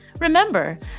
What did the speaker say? Remember